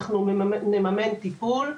אנחנו נממן טיפול.